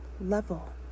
Level